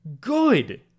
good